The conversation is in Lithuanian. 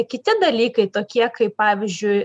kiti dalykai tokie kaip pavyzdžiui